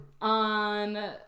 on